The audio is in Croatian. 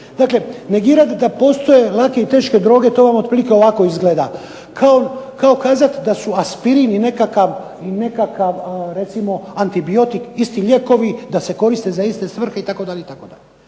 Dakle, negirati da postoje lake i teške droge to vam otprilike ovako izgleda – kao kazati da su aspirin i nekakav recimo antibiotik isti lijekovi, da se koriste za iste svrhe itd., itd.